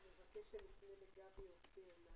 גבי אופיר.